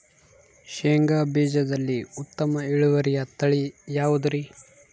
ಶೇಂಗಾ ಬೇಜದಲ್ಲಿ ಉತ್ತಮ ಇಳುವರಿಯ ತಳಿ ಯಾವುದುರಿ?